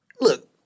look